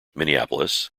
minneapolis